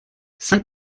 cinq